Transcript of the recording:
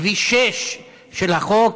כביש 6 של החוק,